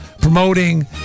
promoting